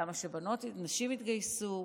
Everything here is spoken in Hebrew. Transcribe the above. למה שנשים יתגייסו,